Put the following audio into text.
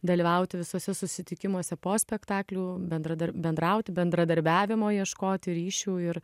dalyvauti visuose susitikimuose po spektaklių bendradar bendrauti bendradarbiavimo ieškoti ryšių ir